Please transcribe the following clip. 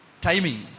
timing